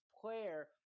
Player